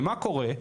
ומה קורה?